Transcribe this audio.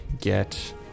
get